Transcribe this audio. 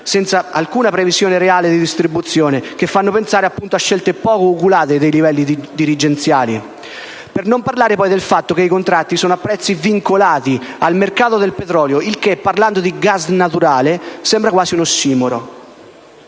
senza previsioni reali di distribuzione, che fanno pensare a scelte poco oculate dei livelli dirigenziali. Per non parlare poi del fatto che i contratti sono a prezzi vincolati al mercato del petrolio, il che, parlando di gas naturale, sembra quasi un ossimoro.